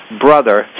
brother